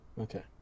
Okay